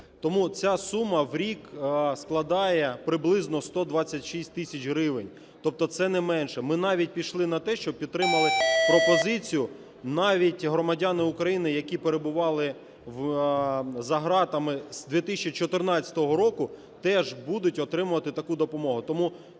Тому ця сума в рік складає приблизно 126 тисяч гривень, тобто це не менше. Ми навіть пішли на те, що підтримали пропозицію: навіть громадяни України, які перебували за ґратами з 2014 року, теж будуть отримувати таку допомогу.